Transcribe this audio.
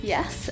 Yes